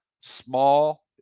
small